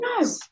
No